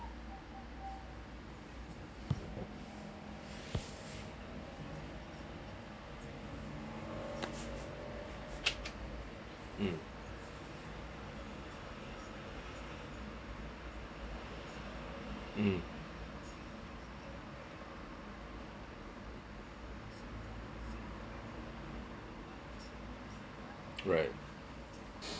um um right